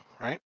right